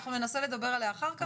אנחנו ננסה לדבר עליה אחר כך.